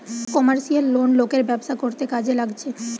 commercial loan লোকের ব্যবসা করতে কাজে লাগছে